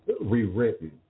rewritten